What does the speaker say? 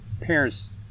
parents